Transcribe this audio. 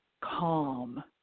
calm